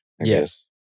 Yes